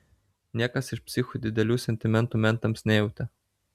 niekas iš psichų didelių sentimentų mentams nejautė